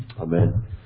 Amen